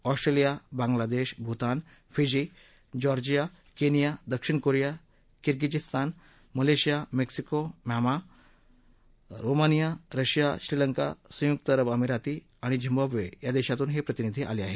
Australia Bangladesh Bhutan Fiji Georgia Kenya दक्षिण Korea Kyrgyzstan Malaysia Mexico Myanmar Romania Russia Sri Lanka संयुक्त अरब अमिरात आणि झिम्बाव्बे या देशातून हे प्रतिनिधी आले आहेत